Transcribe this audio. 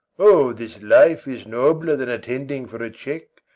o, this life is nobler than attending for a check,